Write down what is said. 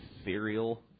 ethereal